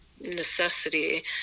necessity